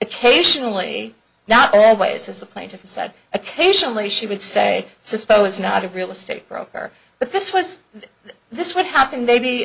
occasionally not always as the plaintiff said occasionally she would say suppose not a real estate broker but this was this would happen maybe